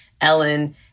Ellen